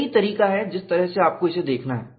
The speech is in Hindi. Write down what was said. यही तरीका है जिस तरह से आपको इसे देखना है